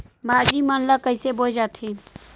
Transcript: भाजी मन ला कइसे बोए जाथे?